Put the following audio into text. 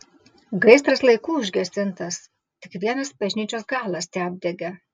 gaisras laiku užgesintas tik vienas bažnyčios galas teapdegė